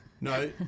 No